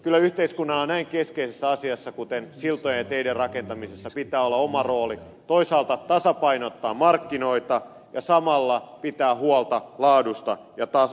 kyllä yhteiskunnalla näin keskeisessä asiassa kuin siltojen ja teiden rakentamisessa pitää olla oma rooli toisaalta tasapainottaa markkinoita ja samalla pitää huolta laadusta ja tasosta